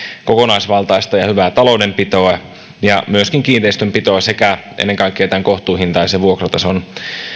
kokonaisvaltaista ja hyvää taloudenpitoa ja myöskin kiinteistönpitoa sekä ennen kaikkea kohtuuhintaisen vuokratason